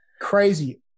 crazy